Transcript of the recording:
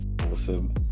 awesome